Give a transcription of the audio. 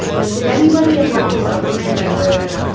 but did anybody in local government ever